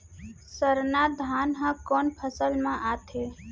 सरना धान ह कोन फसल में आथे?